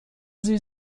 sie